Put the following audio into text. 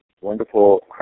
wonderful